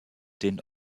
den